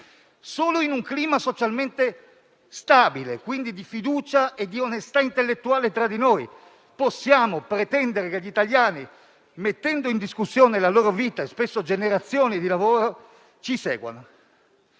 Solo in un clima socialmente stabile, quindi di fiducia e di onestà intellettuale tra di noi, possiamo pretendere che gli italiani, mettendo in discussione la loro vita - e, spesso, generazioni di lavoro - ci seguano.